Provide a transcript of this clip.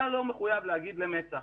אתה לא מחויב להגיד למצ"ח.